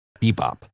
bebop